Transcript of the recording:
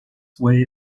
way